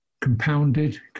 compounded